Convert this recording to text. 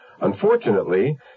Unfortunately